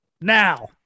Now